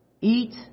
eat